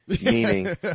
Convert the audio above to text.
meaning